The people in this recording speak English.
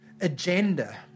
agenda